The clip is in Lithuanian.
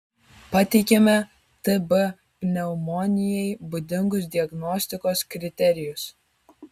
pateikiame tb pneumonijai būdingus diagnostikos kriterijus